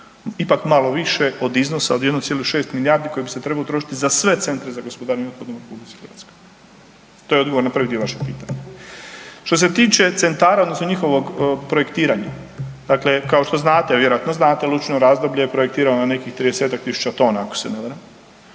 ipak malo više od iznosa od 1,6 milijardi koje bi se trebale utrošiti za sve centre za gospodarenje otpadom u RH. To je odgovor na prvi dio vašeg pitanja. Što se tiče centara odnosno njihovog projektiranja, dakle kao što znate, a vjerojatno znate, Lucino Razdolje je projektirano na nekih 30-tak tisuća tona ako se ne varam